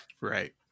Right